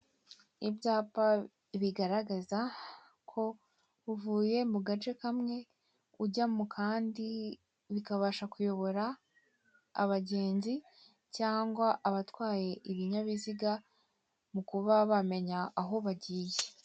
Ibyapa bigaragaza ko uvuye mugace kamwe ujya mukandi, bikabasha kuyobora abagenzi cyangwa abatwaye ibinyabiziga mu kuba bamenya aho bagiye.